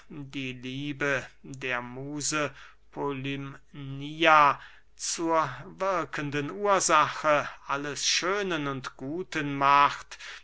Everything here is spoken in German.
die liebe der muse polymnia zur wirkenden ursache alles schönen und guten macht